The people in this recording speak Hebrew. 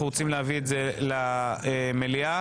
1 בפברואר.